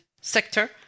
sector